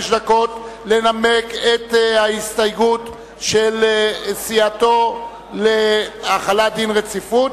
דקות לנמק את ההסתייגות של סיעתו להחלת דין רציפות,